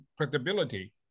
predictability